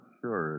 sure